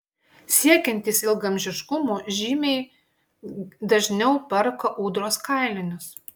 siekiantys ilgaamžiškumo žymiai dažniau perka ūdros kailinius